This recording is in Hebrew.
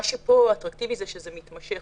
מה שפה אטרקטיבי זה ההתמשכות.